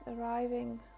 arriving